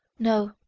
no,